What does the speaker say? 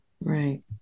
Right